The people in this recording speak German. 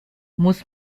muss